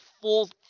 full